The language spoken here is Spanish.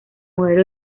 horario